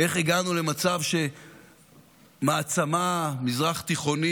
איך הגענו למצב שמעצמה מזרח-תיכונית,